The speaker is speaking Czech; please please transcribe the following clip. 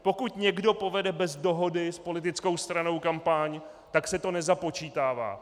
Pokud někdo povede bez dohody s politickou stranou kampaň, tak se to nezapočítává.